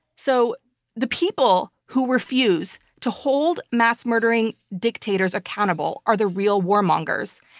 so the people who refuse to hold mass-murdering dictators accountable are the real warmongers,